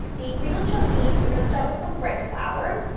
the ingredients you'll need, we're going to start with some bread flour,